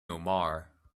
omar